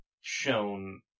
shown